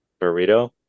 burrito